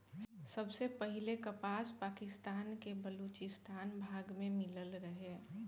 सबसे पहिले कपास पाकिस्तान के बलूचिस्तान भाग में मिलल रहे